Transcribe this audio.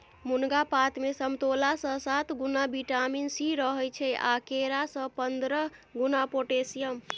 मुनगा पातमे समतोलासँ सात गुणा बिटामिन सी रहय छै आ केरा सँ पंद्रह गुणा पोटेशियम